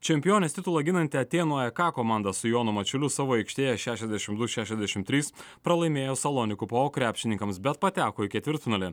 čempionės titulą ginanti atėnų aeką komanda su jonu mačiuliu savo aikštėje šešiasdešim du šešiasdešim trys pralaimėjo salonikų paok krepšininkams bet pateko į ketvirtfinalį